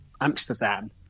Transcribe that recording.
Amsterdam